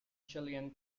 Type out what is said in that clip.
chilean